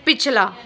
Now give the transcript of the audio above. ਪਿਛਲਾ